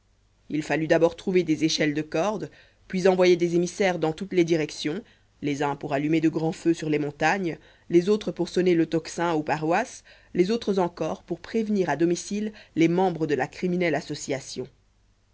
il fallut d'abord trouver des échelles de cordes puis envoyer des émissaires dans toutes les directions les uns pour allumer de grands feux sur les montagnes les autres pour sonner le tocsin aux paroisses les autres encore pour prévenir à domicile les membres de la criminelle association